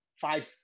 five